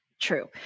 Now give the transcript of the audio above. true